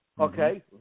Okay